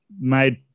made